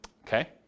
okay